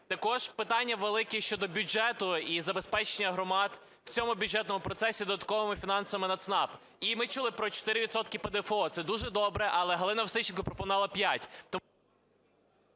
також питання велике щодо бюджету і забезпечення громад в цьому бюджетному процесі додатковими фінансами на ЦНАП. І ми чули про 4 відсотки ПДФО, це дуже добре, але Галина Васильченко пропонувала 5…